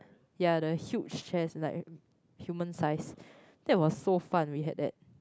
ya the huge chess like human size that was so fun we had that